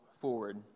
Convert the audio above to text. forward